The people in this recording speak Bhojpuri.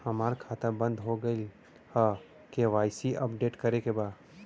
हमार खाता बंद हो गईल ह के.वाइ.सी अपडेट करे के बा?